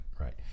right